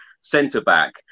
centre-back